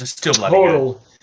total